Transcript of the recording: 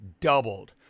doubled